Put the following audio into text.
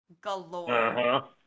galore